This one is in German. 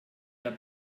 der